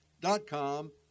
dot-com